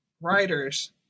writers